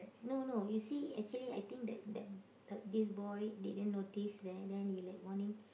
no no you see actually I think that that d~ this boy didn't notice then then he like warning